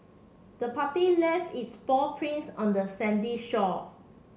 the puppy left its paw prints on the Sandy shore